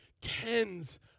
tens